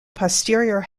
posterior